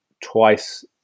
twice